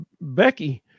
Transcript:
Becky